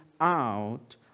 out